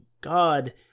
God